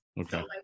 okay